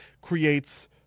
creates